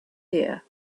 ear